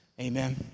Amen